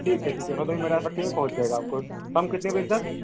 ठीक है ठीक है भदोही में पहुँच जाएगा आपको साम को कितने बजे तक